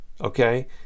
Okay